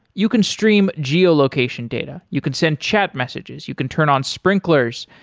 you can stream geo-location data, you can send chat messages, you can turn on sprinklers,